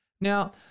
Now